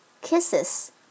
kisses